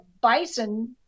bison